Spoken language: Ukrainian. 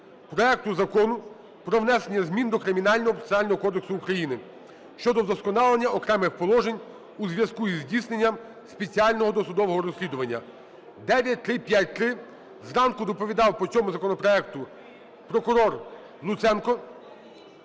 проекту Закону про внесення змін до Кримінально-процесуального кодексу України щодо вдосконалення окремих положень у зв'язку із здійсненням спеціального досудового розслідування (9353). Зранку доповідав по цьому законопроекту прокурор Луценко.